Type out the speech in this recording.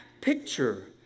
picture